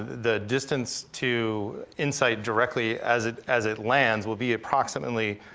the distance to insight, directly, as it as it lands, will be approximately